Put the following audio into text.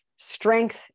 strength